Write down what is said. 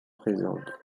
présentes